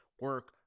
Work